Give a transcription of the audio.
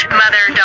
mother